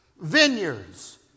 vineyards